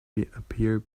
appear